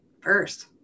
first